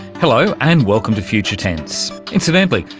hello and welcome to future tense. incidentally,